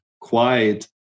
quiet